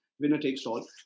winner-takes-all